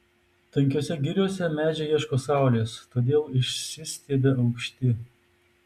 tankiose giriose medžiai ieško saulės todėl išsistiebia aukšti